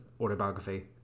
autobiography